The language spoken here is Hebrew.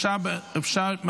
אפשר?